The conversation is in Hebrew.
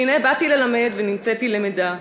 והנה, באתי ללמד ונמצאתי למדה.